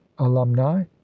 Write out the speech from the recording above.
Alumni